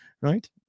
Right